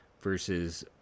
versus